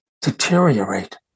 deteriorate